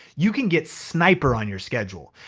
you can get sniper on your schedule.